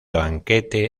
banquete